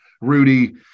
Rudy